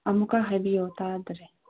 ꯑꯃꯨꯛꯀ ꯍꯥꯏꯕꯤꯌꯨ ꯇꯥꯗꯔꯦ